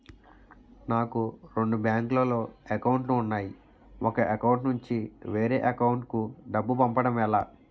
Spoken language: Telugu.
నాకు రెండు బ్యాంక్ లో లో అకౌంట్ లు ఉన్నాయి ఒక అకౌంట్ నుంచి వేరే అకౌంట్ కు డబ్బు పంపడం ఎలా?